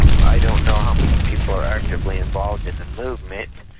i don't know how many people are actively involved in the movement.